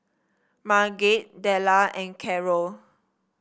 Marget Della and Karol